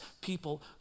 people